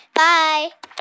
bye